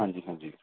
ਹਾਂਜੀ ਹਾਂਜੀ